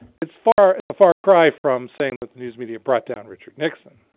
it's far it's a far cry from saying that the news media brought down richard nixon.